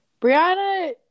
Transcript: Brianna